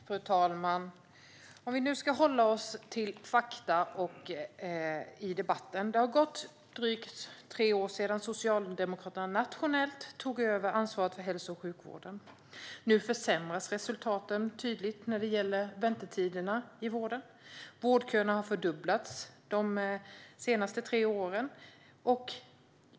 Fru talman! Om vi nu ska hålla oss till fakta i debatten har det nu gått drygt tre år sedan Socialdemokraterna nationellt tog över ansvaret för hälso och sjukvården. Nu försämras resultaten tydligt när det gäller väntetiderna i vården. Vårdköerna har fördubblats de senaste tre åren.